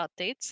updates